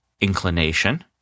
inclination